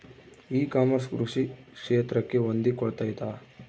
E commerce ಕೃಷಿ ಕ್ಷೇತ್ರಕ್ಕೆ ಹೊಂದಿಕೊಳ್ತೈತಾ?